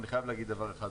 אבל אני מוכרח לומר דבר אחד.